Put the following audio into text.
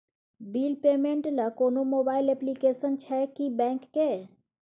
Bill payment ल कोनो mobile application छै की बैंक के?